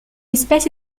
espèce